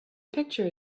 picture